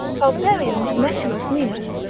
pauperiem metuas minus,